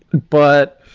but,